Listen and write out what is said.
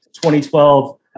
2012